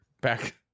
back